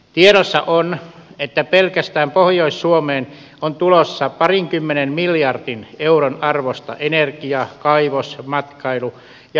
tiedossa on että pelkästään pohjois suomeen on tulossa parinkymmenen miljardin euron arvosta energia kaivos matkailu ja liikenneinvestointeja